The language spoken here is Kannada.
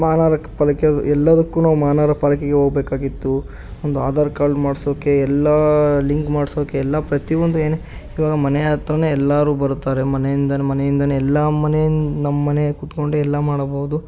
ಮಹಾನಗರಕ ಪಾಲಿಕೆ ಎಲ್ಲದಕ್ಕೂ ನಾವು ಮಹಾನಗರ ಪಾಲಿಕೆಗೆ ಹೋಗ್ಬೇಕಾಗಿತ್ತು ಒಂದು ಆಧಾರ್ ಕಾರ್ಡ್ ಮಾಡ್ಸೋಕ್ಕೆ ಎಲ್ಲ ಲಿಂಕ್ ಮಾಡ್ಸೋಕ್ಕೆ ಎಲ್ಲ ಪ್ರತಿಯೊಂದು ಏನು ಇವಾಗ ಮನೆ ಹತ್ರನೇ ಎಲ್ಲರು ಬರುತ್ತಾರೆ ಮನೆಯಿಂದ ಮನೆಯಿಂದನೇ ಎಲ್ಲ ಮನೆ ನಮ್ಮ ಮನೆಯಲ್ಲಿ ಕೂತ್ಕೊಂಡು ಎಲ್ಲ ಮಾಡಬಹುದು